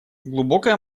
глубокая